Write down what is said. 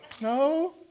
no